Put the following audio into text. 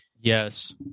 Yes